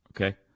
okay